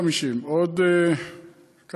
2050, עוד כמה?